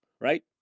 right